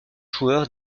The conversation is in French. joueurs